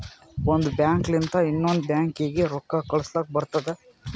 ಒಂದ್ ಬ್ಯಾಂಕ್ ಲಿಂತ ಇನ್ನೊಂದು ಬ್ಯಾಂಕೀಗಿ ರೊಕ್ಕಾ ಕಳುಸ್ಲಕ್ ಬರ್ತುದ